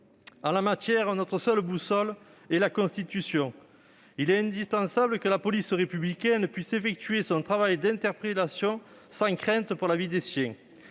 En la matière, notre seule boussole est la Constitution. Il est indispensable que la police républicaine puisse accomplir son travail d'interpellation sans crainte pour la vie de ses